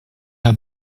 her